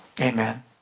Amen